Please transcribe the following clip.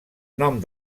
nom